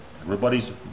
everybody's